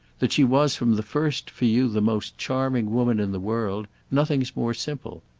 that she was from the first for you the most charming woman in the world, nothing's more simple.